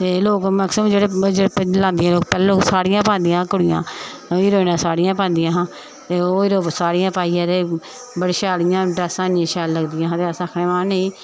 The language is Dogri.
ते लोक मैकसिमम जेह्ड़े जेह्ड़े लांदियां लोक पैह्लें लोक साड़ियां पांदियां हां कुड़ियां हीरोइनां साड़ियां पांदियां हां ते ओह् हीरो सड़ियां पाइयै ते बड़ी शैल इ'यां ड्रैसां इन्नियां शैल लगदियां ते असें आखना नेईं